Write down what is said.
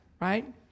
right